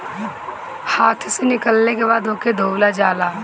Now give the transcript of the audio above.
हाथे से निकलले के बाद ओके धोवल जाला